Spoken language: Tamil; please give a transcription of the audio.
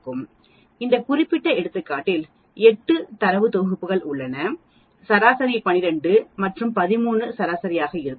இந்த குறிப்பிட்ட எடுத்துக்காட்டில் 8 தரவுத் தொகுப்புகள் உள்ளன சராசரி 12 மற்றும் 13 சராசரியாக இருக்கும்